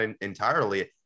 entirely